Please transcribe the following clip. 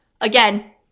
again